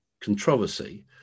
controversy